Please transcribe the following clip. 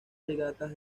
regatas